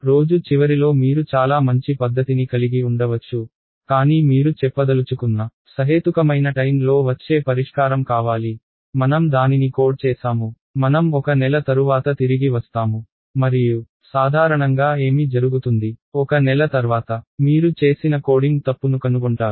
రోజు చివరిలో మీరు చాలా మంచి పద్దతిని కలిగి ఉండవచ్చు కానీ మీరు చెప్పదలుచుకున్న సహేతుకమైన టైం లో వచ్చే పరిష్కారం కావాలి మనం దానిని కోడ్ చేసాము మనం ఒక నెల తరువాత తిరిగి వస్తాము మరియు సాధారణంగా ఏమి జరుగుతుంది 1 నెల తర్వాత మీరు చేసిన కోడింగ్ తప్పును కనుగొంటారు